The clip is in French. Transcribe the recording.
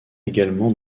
également